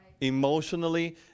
Emotionally